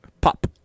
pop